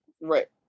right